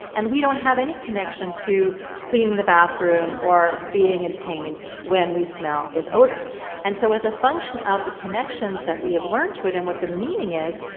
and we don't have any connection to cleaning the bathroom or being in and pain when we smell this odor and so, as a function of the connections that we have learned to it and what the meaning is,